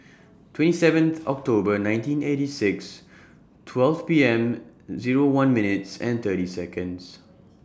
twenty seventh October nineteen eighty six twelve P M Zero one minutes and thirty Seconds